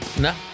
No